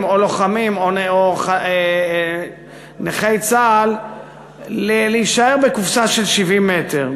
או לוחמים או נכי צה"ל להישאר בקופסה של 70 מ"ר.